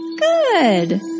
good